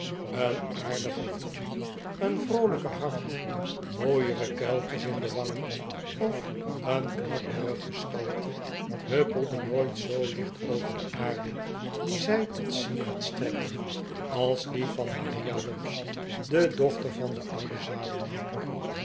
een aardiger voetje een vroolijker hart mooiere kuiltjes in de wangen of een knappere gestalte huppelden nooit zoo licht over de aarde die zij tot sieraad strekten als die van maria lobbs de dochter van den ouden